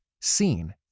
seen